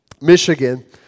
Michigan